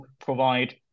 provide